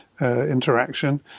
interaction